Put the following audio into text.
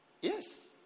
Yes